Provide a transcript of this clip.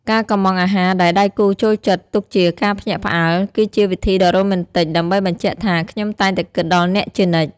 ការកុម្មង់អាហារដែលដៃគូចូលចិត្តទុកជាការភ្ញាក់ផ្អើល គឺជាវិធីដ៏រ៉ូមែនទិកដើម្បីបញ្ជាក់ថា «ខ្ញុំតែងតែគិតដល់អ្នកជានិច្ច»។